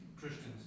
Christians